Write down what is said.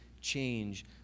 change